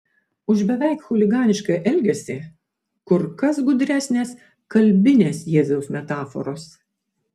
už beveik chuliganišką elgesį kur kas gudresnės kalbinės jėzaus metaforos